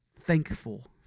thankful